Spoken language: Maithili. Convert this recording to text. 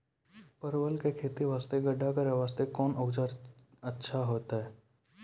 परवल के खेती वास्ते गड्ढा करे वास्ते कोंन औजार अच्छा होइतै?